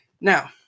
Now